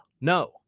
No